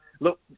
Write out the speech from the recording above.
Look